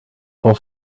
vor